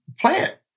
plant